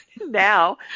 now